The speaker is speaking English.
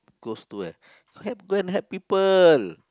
goes to where help go and help people